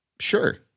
Sure